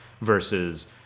versus